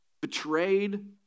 betrayed